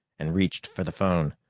and reached for the phone.